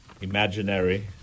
imaginary